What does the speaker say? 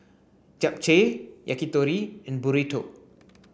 Japchae Yakitori and Burrito